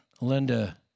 Linda